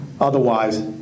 Otherwise